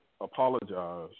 apologize